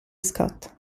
scott